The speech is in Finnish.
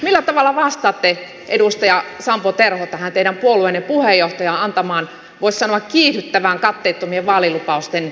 millä tavalla vastaatte edustaja sampo terho tähän teidän puolueenne puheenjohtajan antamaan voisi sanoa kiihdyttävän katteettomien vaalilupausten vauhdittamiseen